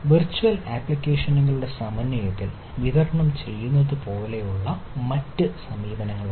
virtual ആപ്ലിക്കേഷനുകളുടെ സമന്വയത്തിൽ വിതരണം ചെയ്യുന്നത് പോലുള്ള മറ്റ് സമീപനങ്ങളുണ്ട്